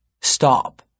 Stop